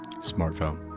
smartphone